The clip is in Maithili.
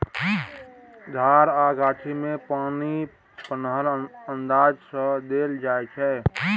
झार आ गाछी मे पानि अपन अंदाज सँ देल जाइ छै